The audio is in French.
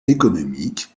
économiques